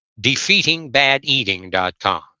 DefeatingBadEating.com